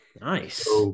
Nice